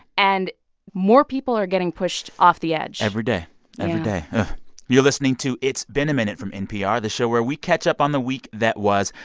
and more people are getting pushed off the edge every day yeah every day you're listening to it's been a minute from npr, the show where we catch up on the week that was.